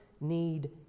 need